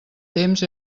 temps